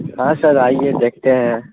ہاں سر آئیے دیکھتے ہیں